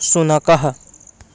शुनकः